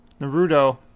naruto